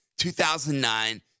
2009